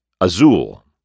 Azul